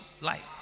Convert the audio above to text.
life